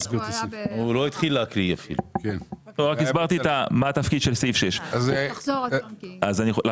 רק הסברתי מה התפקיד של סעיף 6. תחזור על ההסבר.